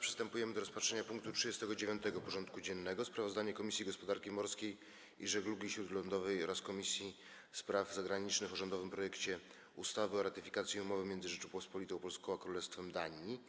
Przystępujemy do rozpatrzenia punktu 39. porządku dziennego: Sprawozdanie Komisji Gospodarki Morskiej i Żeglugi Śródlądowej oraz Komisji Spraw Zagranicznych o rządowym projekcie ustawy o ratyfikacji Umowy między Rzecząpospolitą Polską a Królestwem Danii